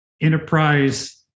enterprise